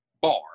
bar